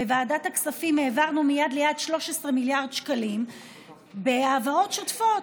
בוועדת הכספים העברנו מיד ליד 13 מיליארד שקלים בהעברות שוטפות.